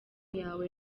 yawe